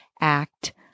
act